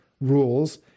rules